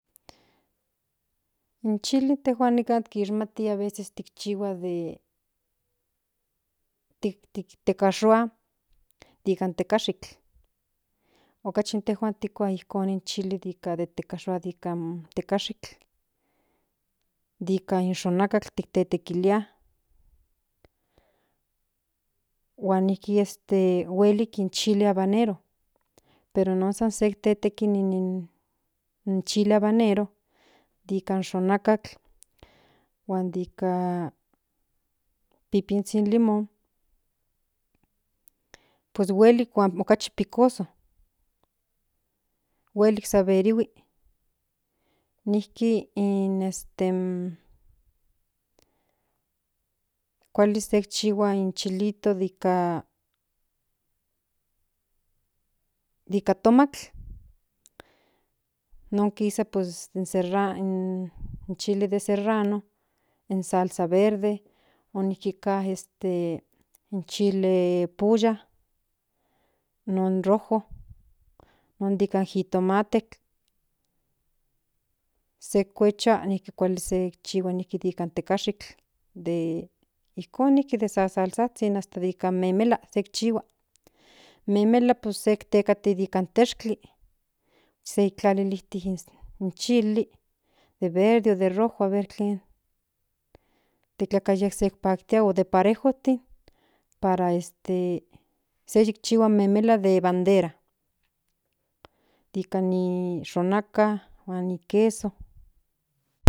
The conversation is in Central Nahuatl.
In chili intejuan kishmati intejuan aveces pues tikchihua de tik tikashua nikan tekashikl okachi intejuan kua ijkon in chili de tekashua de tekashikl de ik in xonakatl tetekilia huan nijki este huelik in chili habanero pero non sek teteki in chili habanero de ikan xonaktl huan de ika pipinzhi in limon pues huelik huan okachi picoso huelik saberihui nijki in este in kuali se ikxhhihuas in este in chilito de ika ika tomatl non kisa pues de ra in chili de serranose salsa verde nijki ka este in chii de pulla non rojo non de ika jitomate se kuechua se ikchihua nijki de ika tekashikl ijkon de ika sasalsazhin hasta de ika memela tikchihua in memela pues se tekati nika in teshkli se ijtlalilijti in chili de verde de rojo de tlen de tlakaye se paktia o de parejotin para este sse yikchihua in memela de bandera de ika ni xonakatl huan ni queso.